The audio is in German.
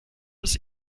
des